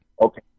Okay